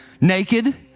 Naked